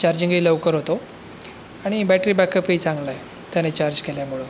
चार्जिंगही लवकर होतं आणि बॅटरी बॅकअपही चांगला आहे त्याने चार्ज केल्यामुळं